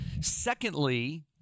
Secondly